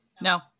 No